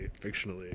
Fictionally